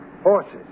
horses